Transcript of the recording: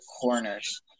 corners